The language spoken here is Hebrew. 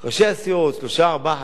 חמישה במספר בתוך הקואליציה,